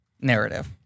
narrative